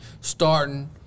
starting